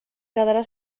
quedarà